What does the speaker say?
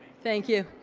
thank you.